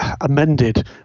amended